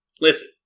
Listen